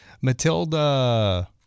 Matilda